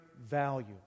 value